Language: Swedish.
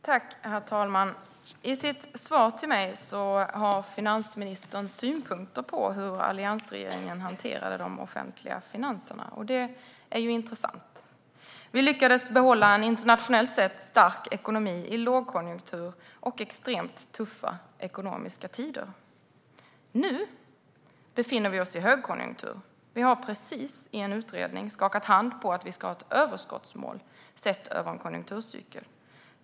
Herr talman! I sitt svar till mig har finansministern synpunkter på hur alliansregeringen hanterade de offentliga finanserna. Det är intressant. Vi lyckades behålla en internationellt sett stark ekonomi i lågkonjunktur och extremt tuffa ekonomiska tider. Nu befinner vi oss i högkonjunktur. Vi har precis i en utredning skakat hand på att vi ska ha ett överskottsmål sett över en konjunkturcykel.